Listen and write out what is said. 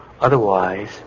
Otherwise